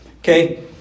Okay